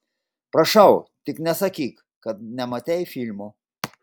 prašau tik nesakyk kad nematei filmo